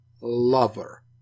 lover